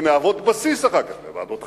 שמהוות בסיס, אחר כך, לוועדות חקירה,